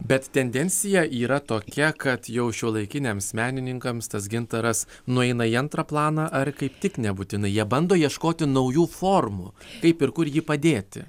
bet tendencija yra tokia kad jau šiuolaikiniams menininkams tas gintaras nueina į antrą planą ar kaip tik nebūtinai jie bando ieškoti naujų formų kaip ir kur jį padėti